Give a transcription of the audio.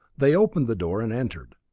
they opened the door and entered.